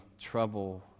trouble